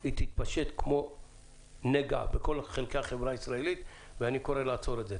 היא תתפשט כמו נגע בכל חלקי החברה הישראלית ואני קורא לעצור את זה.